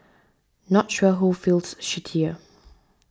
not sure who feels shittier